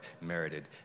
merited